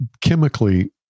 Chemically